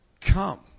come